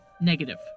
negative